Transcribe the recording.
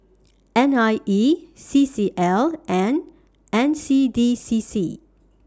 N I E C C L and N C D C C